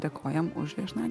dėkojame už viešnagę